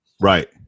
Right